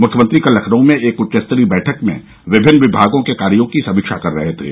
मुख्यमंत्री कल लखनऊ में एक उच्चस्तरीय बैठक में विभिन्न विभागों के कार्यो की समीक्षा कर रहे थे